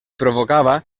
provocava